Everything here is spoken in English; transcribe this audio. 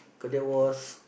cause there was